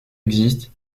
existent